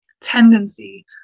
tendency